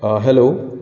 hello